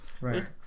Right